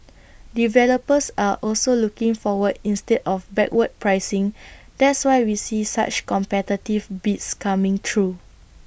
developers are also looking forward instead of backward pricing that's why we see such competitive bids coming through